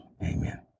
Amen